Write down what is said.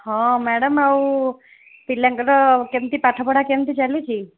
ହଁ ମ୍ୟାଡ଼ାମ ଆଉ ପିଲାଙ୍କର କେମତି ପାଠପଢ଼ା କେମିତି ଚାଲିଛି